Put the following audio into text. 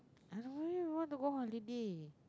I really wanna go holiday